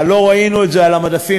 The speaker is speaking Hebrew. אבל לא ראינו את זה על המדפים.